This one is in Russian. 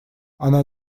она